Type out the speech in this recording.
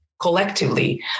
collectively